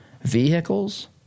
vehicles